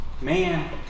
Man